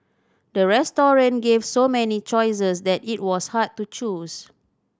the restaurant gave so many choices that it was hard to choose